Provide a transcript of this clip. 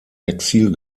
exil